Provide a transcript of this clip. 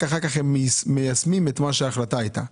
רק אחר כך הם מיישמים את מה שההחלטה הייתה.